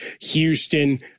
Houston